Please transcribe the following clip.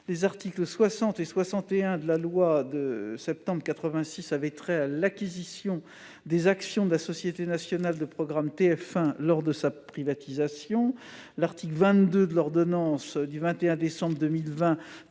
Les articles 60 et 61 de la loi du 30 septembre 1986 avaient trait à l'acquisition des actions de la société nationale de programme TF1 lors de sa privatisation. L'article 22 de l'ordonnance du 21 décembre 2020,